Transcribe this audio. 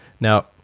Now